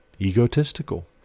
egotistical